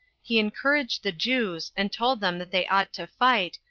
he encouraged the jews, and told them that they ought to fight,